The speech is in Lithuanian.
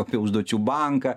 apie užduočių banką